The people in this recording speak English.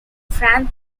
san